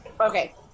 Okay